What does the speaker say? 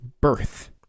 birth